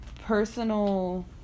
personal